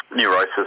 Neurosis